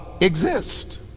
exist